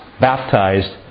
baptized